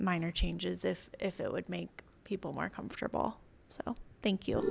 minor changes if if it would make people more comfortable so thank you